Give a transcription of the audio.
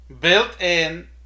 built-in